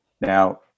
Now